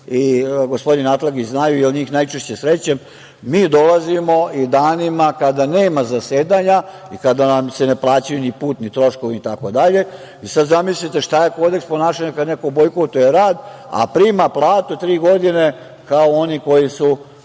i gospodin Atlagić znaju jer njih najčešće srećem, mi dolazimo i danima kada nema zasedanja i kada nam se ne plaćaju ni putni troškovi itd. Sada, zamislite šta je kodeks ponašanja kada neko bojkotuje rad, a prima platu tri godine kao oni koji su